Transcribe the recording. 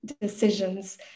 decisions